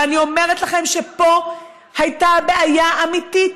ואני אומרת לכם שפה הייתה בעיה אמיתית,